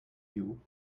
you